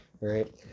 right